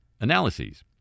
analyses